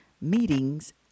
meetings